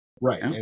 Right